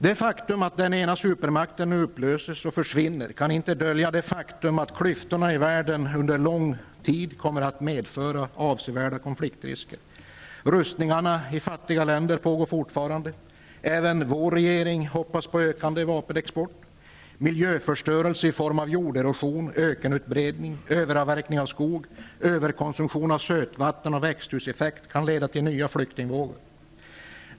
Det faktum att den ena supermakten nu upplöses och försvinner kan inte dölja förhållandet att klyftorna i världen under lång tid kommer att innebära avsevärda konfliktrisker. Rustningarna i fattiga länder pågår fortfarande. Även vår regering hoppas på ökande vapenexport. Miljöförstörelse i form av jorderosion, ökenutbredning, överavverkning av skog, överkonsumtion av sötvatten och växthuseffekt kan leda till nya flyktingvågor.